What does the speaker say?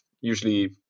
usually